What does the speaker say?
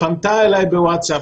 פנתה אליי בווטסאפ,